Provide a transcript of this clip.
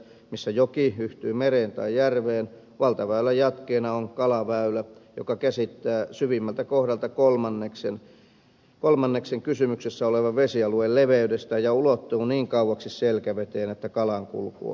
missä joki yhtyy mereen tai järveen valtaväylän jatkeena on kalaväylä joka käsittää syvimmällä kohdalla kolmanneksen kysymyksessä olevan vesialueen leveydestä ja ulottuu niin kauaksi selkäveteen että kalan kulku on turvattu